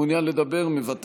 מוותר.